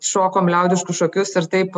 šokom liaudiškus šokius ir taip